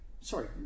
sorry